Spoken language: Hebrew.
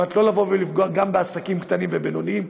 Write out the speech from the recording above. על מנת שלא לפגוע גם בעסקים קטנים ובינוניים,